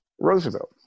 Roosevelt